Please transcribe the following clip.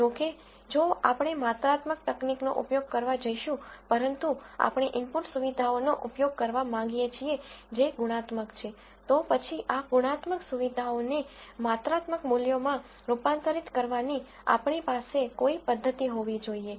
જો કે જો આપણે માત્રાત્મક તકનીકનો ઉપયોગ કરવા જઈશુંપરંતુ આપણે ઇનપુટ સુવિધાઓનો ઉપયોગ કરવા માંગીએ છીએ જે ગુણાત્મક છે તો પછી આ ગુણાત્મક સુવિધાઓને માત્રાત્મક મૂલ્યોમાં રૂપાંતરિત કરવાની આપણી પાસે કોઈ પદ્ધતિ હોવી જોઈએ